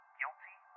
guilty